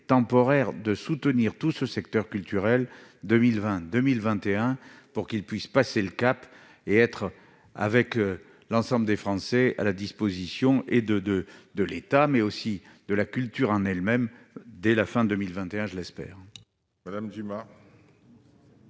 temporaire de soutenir tout ce secteur culturel 2020, 2021 pour qu'il puisse passer le cap et être avec l'ensemble des Français à la disposition et de de de l'État mais aussi de la culture en elle-même, dès la fin 2021, je l'espère. Madame Dumas.